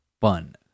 fun